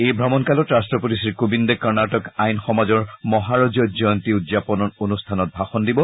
এই ভ্ৰমণকালত ৰাট্টপতি শ্ৰী কোবিন্দে কৰ্ণাটক আইন সমাজৰ মহাৰজত জয়ন্তী উদযাপন অনুষ্ঠানত ভাষণ দিব